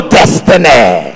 destiny